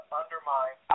undermine